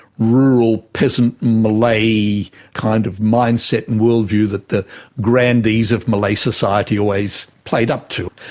rural, peasant malay kind of mindset and worldview that the grandees of malay society always played up to,